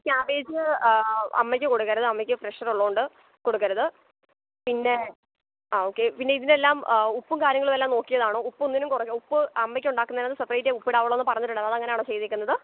cabbage അമ്മക്ക് കൊടുക്കരുത് അമ്മക്ക് പ്രഷറുള്ളത് കൊണ്ട് കൊടുക്കരുത് പിന്നെ ആ ഓക്കെ പിന്നെ ഇതിനെല്ലാം ഉപ്പും കാര്യങ്ങളുമെല്ലാം നോക്കിയതാണോ ഉപ്പൊന്നിനും കുറഞ്ഞ ഉപ്പ് അമ്മക്കൊണ്ടാക്കുന്നത് സെപ്പറേറ്റ് ഉപ്പ് ഇടാവുള്ളെന്ന് പറഞ്ഞിട്ടുണ്ട് അത് അങ്ങനെയാണോ ചെയ്തേക്കുന്നത്